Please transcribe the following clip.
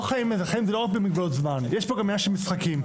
יש פה גם עניין של משחקים.